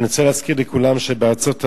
אני רוצה להזכיר לכולם שבארצות-הברית